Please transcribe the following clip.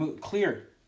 clear